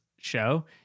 show